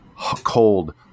cold